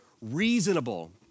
reasonable